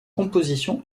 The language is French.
composition